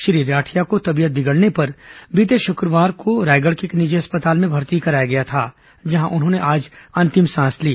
श्री राठिया को तबीयत बिगड़ने पर बीते शुक्रवार को रायगढ़ के एक निजी अस्पताल में भर्ती कराया गया था जहां उन्होंने आज अंतिम सांस ली